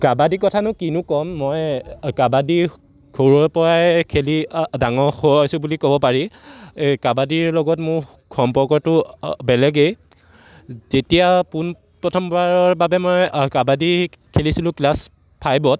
কাবাডী কথানো কিনো ক'ম মই কাবাডী সৰুৰে পৰাই খেলি ডাঙৰ হোৱা হৈছো বুলি ক'ব পাৰি এই কাবাডীৰ লগত মোৰ সম্পৰ্কটো বেলেগেই যেতিয়া পোন প্ৰথমবাৰৰ বাবে মই কাবাডী খেলিছিলোঁ ক্লাছ ফাইভত